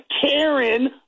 Karen